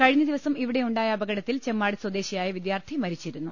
കഴിഞ്ഞ ദിവസം ഇവിടെയുണ്ടായ അപകടത്തിൽ ചെമ്മാട് സ്വദേശിയായ വിദ്യാർത്ഥി മരിച്ചിരുന്നു